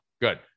good